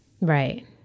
Right